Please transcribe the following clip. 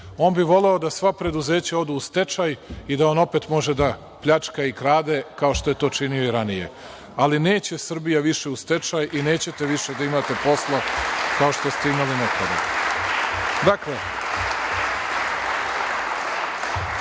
on bi voleo da sva preduzeća odu u stečaju i da on opet može da pljačka i krade, kao što je to činio i ranije. Ali, neće Srbija više u stečaj i nećete više da imate posla kao što ste imali